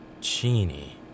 Genie